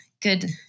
good